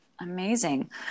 amazing